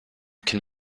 can